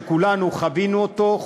שכולנו חווינו אותו,